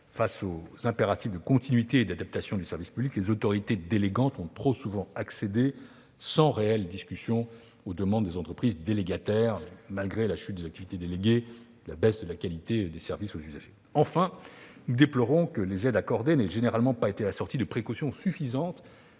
face aux impératifs de continuité et d'adaptation du service public, les autorités délégantes ont trop souvent accédé sans réelle discussion aux demandes des entreprises délégataires, malgré la chute des activités déléguées et la baisse de la qualité de service aux usagers. Enfin, nous déplorons que les aides accordées n'aient généralement pas été assorties de précautions suffisantes